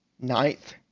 ninth